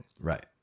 Right